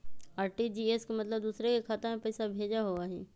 RTGS के मतलब दूसरे के खाता में पईसा भेजे होअ हई?